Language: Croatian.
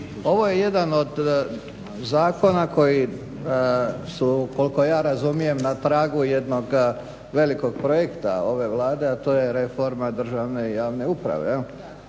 ovo je jedan od zakona koji su koliko ja razumijem na tragu jednog velikog projekta ove Vlade a to je reforma državne i javne uprave.